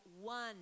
one